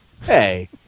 hey